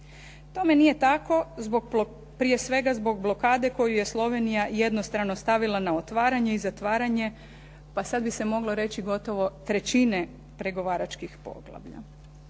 tome nije tako, prije svega zbog blokade koju je Slovenija jednostrano stavila na otvaranje i zatvaranje, pa sada bi se moglo reći gotovo trećine pregovaračkih poglavlja.